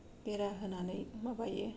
बेरा होनानै माबायो